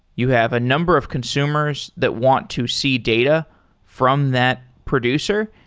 you have a number of consumers that want to see data from that producer,